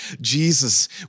Jesus